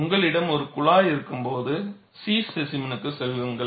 உங்களிடம் ஒரு குழாய் இருக்கும்போது C ஸ்பேசிமென்க்குச் செல்லுங்கள்